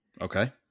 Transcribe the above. Okay